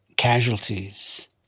Casualties